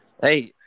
Hey